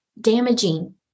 damaging